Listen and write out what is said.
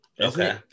Okay